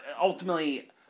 ultimately